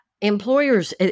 Employers